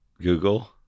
Google